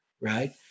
right